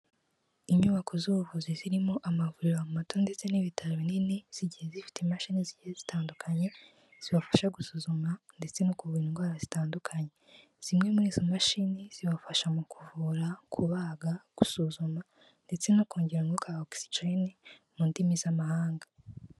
Inyubako z'ubuvuzi zirimo amavuriro mato ndetse n'ibitaro binini, zigiye zifite imashini zigiye zitandukanye, zibafasha gusuzuma ndetse no kuvura indwara zitandukanye. Zimwe muri izo mashini zibafasha mu kuvura, kubaga, gusuzuma ndetse no kongera umwuka wa oxygen mu ndimi z'amahanga.